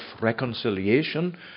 reconciliation